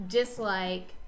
dislike